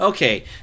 Okay